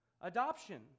adoption